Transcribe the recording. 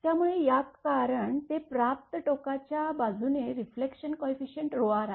त्यामुळे या कारण ते प्राप्त टोकाच्या बाजूने रिफ्लेक्शन कोयफिसियंट rआहे